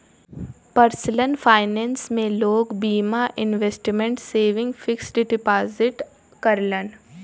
personal finance में लोग बीमा, इन्वेसमटमेंट, सेविंग, फिक्स डिपोजिट करलन